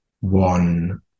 one